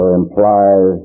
implies